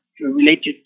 related